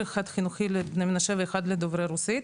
חינוכי לבני מנשה ואחד לדוברי רוסית,